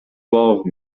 باغ